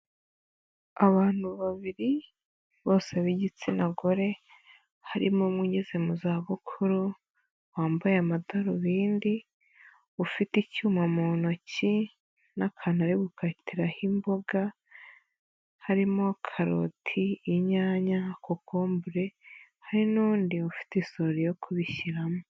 Abantu babiri bose b'igitsina gore, harimo umwe ugeze mu za bukuru, wambaye amadarubindi, ufite icyuma mu ntoki n'akantu ari gukatiraho imboga, harimo karoti, inyanya, kokombure, hari n'undi ufite isahani yo kubishyiramo.